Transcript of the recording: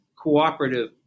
cooperative